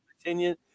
opinion